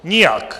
Nijak!